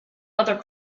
other